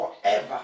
forever